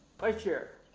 vice chair,